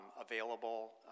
available